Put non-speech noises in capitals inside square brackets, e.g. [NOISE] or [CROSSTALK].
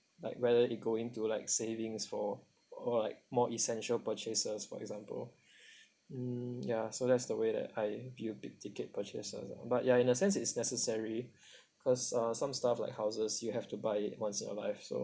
like whether it go into like savings for or like more essential purchases for example mm ya so that's the way that I deal big ticket purchases ah but ya in the sense it's necessary [BREATH] cause uh some stuff like houses you have to buy it once in your life so